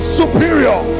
superior